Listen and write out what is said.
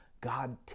God